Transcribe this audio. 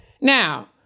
Now